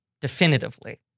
Definitively